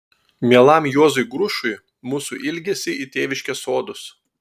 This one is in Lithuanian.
mielam juozui grušui mūsų ilgesį į tėviškės sodus